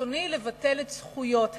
שברצוני לבטל את זכויות התלמידים.